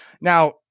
now